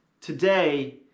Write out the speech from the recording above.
today